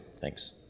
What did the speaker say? Thanks